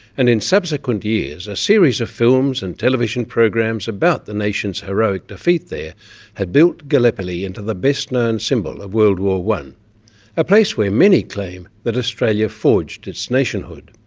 and in subsequent years a series of films and television programs about the nation's heroic defeat there had built gallipoli into the best known symbol of world war one a place where many claim that australia forged its nationhood.